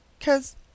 Cause